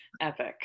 Epic